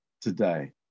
today